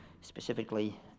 specifically